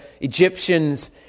Egyptians